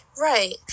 Right